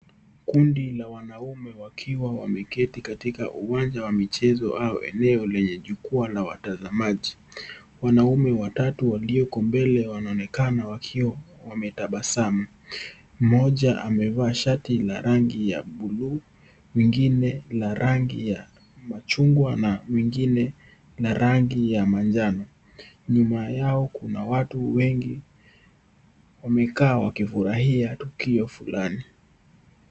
Kundi la wanaume wakiwa wameketi katika uwanja wa michezo au eneo lenye jukwaa la watazamaji. Wanaume watatu walioko mbele wanaonekana wakiwa wametabasamu. Mmoja amevaa shati na rangi ya bluu, mwengine la rangi ya machungwa na mwingine la rangi ya manjano. Nyuma yao kuna watu wengi wamekaa wakifurahia tukio fulani.